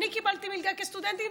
אני קיבלתי מלגה כסטודנטית,